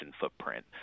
footprint